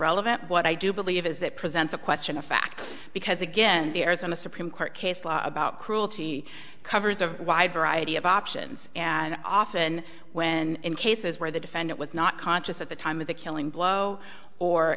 relevant but i do believe is that presents a question of fact because again there isn't a supreme court case law about cruelty covers a wide variety of options and often when in cases where the defendant was not conscious at the time of the killing blow or